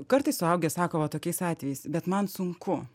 kartais suaugę sako va tokiais atvejais bet man sunku